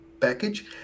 package